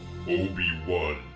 Obi-Wan